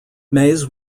mays